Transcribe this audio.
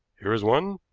here is one.